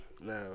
Now